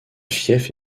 fief